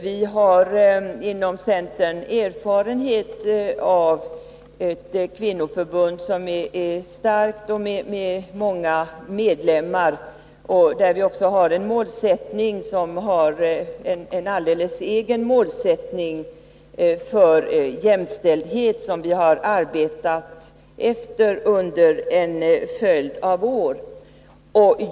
Vi har inom centern erfarenhet av ett starkt kvinnoförbund med många medlemmar. Det har en egen målsättning för jämställdhet enligt vilken vi har arbetat under en följd av år.